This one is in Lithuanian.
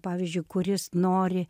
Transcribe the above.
pavyzdžiui kuris nori